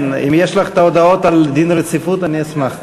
כן, אם יש לך את ההודעות על דין רציפות, אני אשמח.